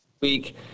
week